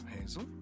Hazel